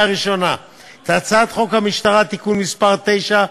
הראשונה את הצעת חוק המשטרה (תיקון מס' 9),